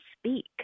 speak